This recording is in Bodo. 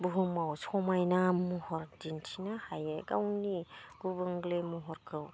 बुहुमाव समायना महर दिन्थिनो हायो गावनि गुबुंले महरखौ